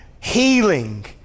healing